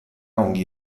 ongi